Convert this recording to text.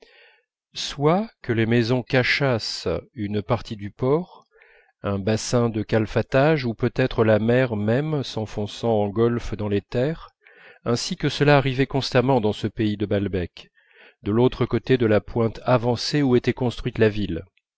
soit que les maisons cachassent une partie du port un bassin de calfatage ou peut-être la mer même s'enfonçant en golfe dans les terres ainsi que cela arrivait constamment dans ce pays de balbec de l'autre côté de la pointe avancée où était construite la ville